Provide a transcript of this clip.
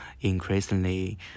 increasingly